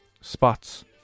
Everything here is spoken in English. spots